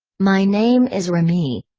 my name is remy.